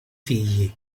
figli